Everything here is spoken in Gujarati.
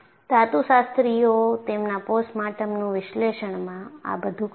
ધાતુશાસ્ત્રીઓ તેમના પોસ્ટમોર્ટમનું વિશ્લેષણમાં આ બધું કરે છે